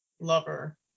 lover